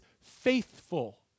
faithful